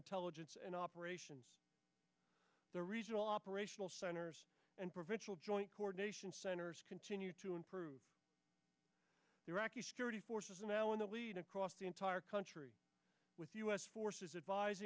intelligence and operations the regional operational center and provincial joint coordination center continue to improve iraqi security forces now in the across the entire country with u s forces advis